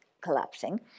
collapsing